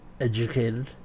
educated